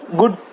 good